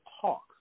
talk